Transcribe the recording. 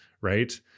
right